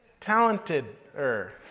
talented-er